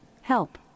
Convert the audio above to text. help